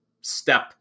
step